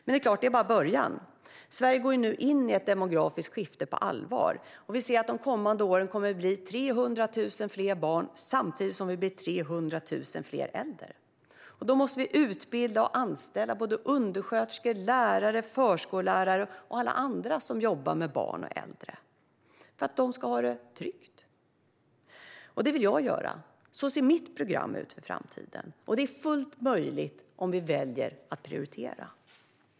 Men det är bara början. Sverige går nu på allvar in i ett demografiskt skifte, och de kommande åren blir det 300 000 fler barn och 300 000 fler äldre. Då måste vi utbilda och anställa undersköterskor, lärare, förskollärare och alla andra som jobbar med barn och äldre för att barn och äldre ska ha det tryggt. Detta vill jag göra; så ser mitt program för framtiden ut, och det är fullt möjligt om vi väljer att prioritera.